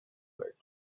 pits